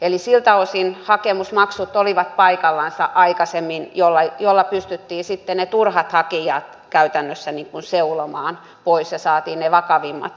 eli siltä osin hakemusmaksut olivat paikallansa aikaisemmin joilla pystyttiin sitten turhat hakijat käytännössä seulomaan pois ja saatiin ne vakavimmat